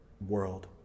world